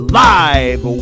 live